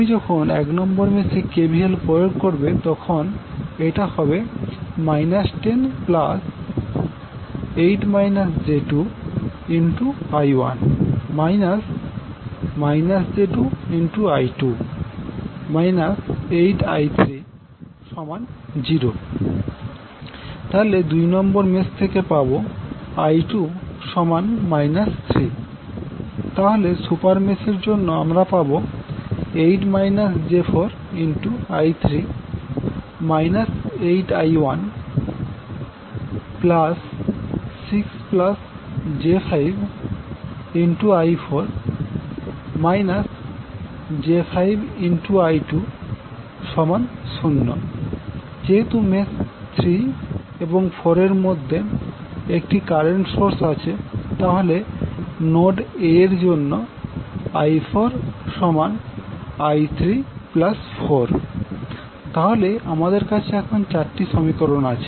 তুমি যখন এক নম্বর মেসে KVL প্রয়োগ করবে তখন এটা হবে তাহলে দুই নম্বর মেস থেকে পাবো তাহলে সুপার মেস এর জন্য আমরা পাবো যেহেতু মেস 3 এবং 4 এর মধ্যে একটি কারেন্ট সোর্স আছে তাহলে নোড A এর জন্য তাহলে আমাদের কাছে এখন চারটি সমীকরণ আছে